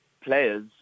players